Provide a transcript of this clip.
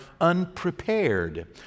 unprepared